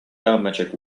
biometric